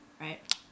right